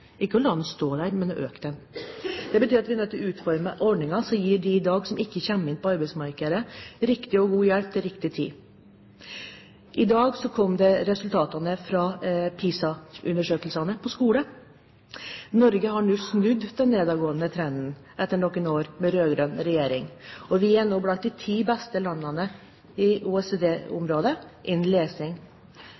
ikke å la den stå der, men å øke den. Det betyr at vi er nødt til å utforme ordninger som gir dem som i dag ikke kommer inn på arbeidsmarkedet, riktig og god hjelp til riktig tid. I dag kom resultatene fra PISA-undersøkelsene på skole. Norge har nå snudd den nedadgående trenden etter noen år med rød-grønn regjering, og vi er nå blant de ti beste landene i OECD-området innen lesing. Vi er faktisk nr. 2 innenfor OECD,